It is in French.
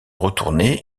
retourné